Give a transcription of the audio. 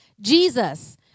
Jesus